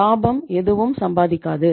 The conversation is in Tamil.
லாபம் எதுவும் சம்பாதிக்காது